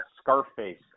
Scarface